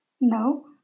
No